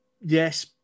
Yes